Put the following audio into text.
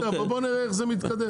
נראה איך זה מתקדם.